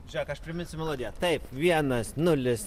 žiūrėk aš priminsiu melodiją taip vienas nulis